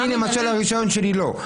אני למשל הרישיון שלי לא.